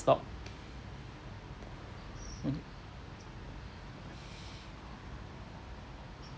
stock mm